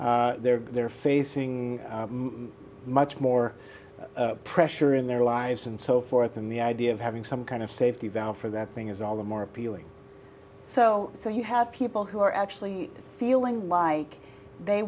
they're they're facing much more pressure in their lives and so forth and the idea of having some kind of safety valve for that thing is all the more appealing so so you have people who are actually feeling like they